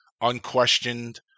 unquestioned